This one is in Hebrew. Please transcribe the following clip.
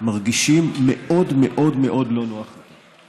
מרגישים מאוד מאוד לא נוח איתו.